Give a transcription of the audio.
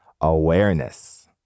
awareness